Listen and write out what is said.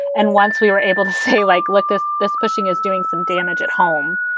and once we were able to say, like, look, this this pushing is doing some damage at home,